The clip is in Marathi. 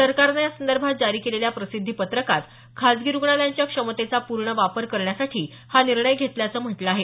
सरकारनं यासंदर्भात जारी केलेल्या प्रसिद्धी पत्रकात खासगी रुग्णालयांच्या क्षमतेचा पूर्ण वापर करण्यासाठी हा निर्णय घेतल्याचं म्हटलं आहे